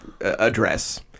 address